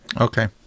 Okay